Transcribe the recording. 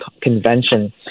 convention